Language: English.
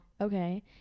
Okay